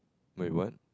my what